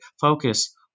focus